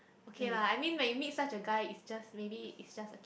okay lah I mean when you meet such a guy is just maybe is just a kid